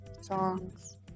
songs